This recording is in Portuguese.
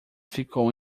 ficou